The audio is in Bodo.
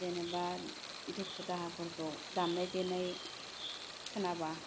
जेनेबा दुखु दाहाफोरखौ दामनाय देनाय खोनाबा